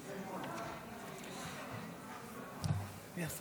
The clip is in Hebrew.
הצעת חוק לתיקון פקודת מס הכנסה (קרן השתלמות